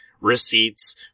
receipts